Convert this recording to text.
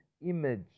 image